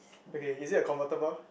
okay is it a convertible